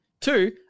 two